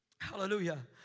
Hallelujah